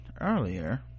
earlier